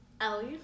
Ellie